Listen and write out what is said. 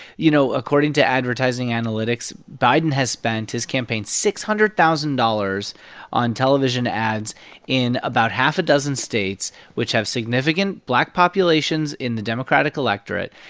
you know, according to advertising analytics, biden has spent his campaign six hundred thousand dollars on television ads in about half a dozen states which have significant black populations in the democratic electorate.